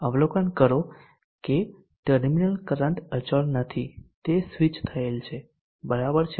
અવલોકન કરો terminal current અચળ નથી તે સ્વિચ થયેલ છે બરાબર છે